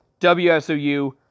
WSOU